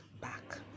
back